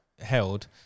held